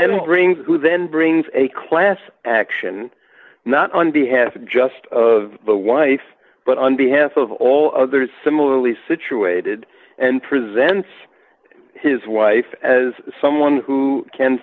brings who then brings a class action not on behalf of just of the wife but on behalf of all others similarly situated and presents his wife as someone who can